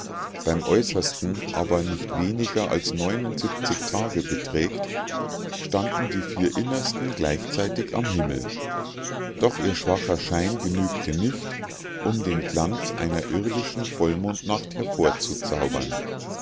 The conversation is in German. beim äußersten aber nicht weniger als tage beträgt standen die vier innersten gleichzeitig am himmel doch ihr schwacher schein genügte nicht um den glanz einer irdischen vollmondnacht hervorzuzaubern